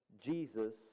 Jesus